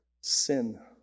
sin